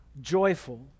joyful